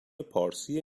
پارسی